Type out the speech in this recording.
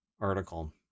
article